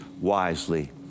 wisely